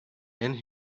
and